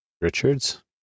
Richards